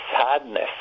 sadness